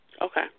Okay